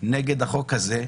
נגד החוק הזה,